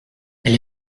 elle